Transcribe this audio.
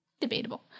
Debatable